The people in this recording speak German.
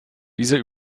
dieser